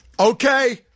Okay